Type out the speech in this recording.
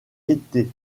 été